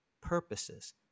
purposes